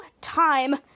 time